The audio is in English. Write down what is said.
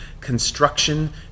construction